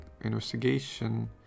investigation